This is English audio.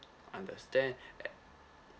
understand